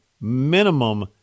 minimum